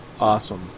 awesome